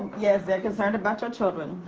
yes, they're concerned about your children.